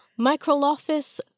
Microlophis